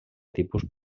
tipus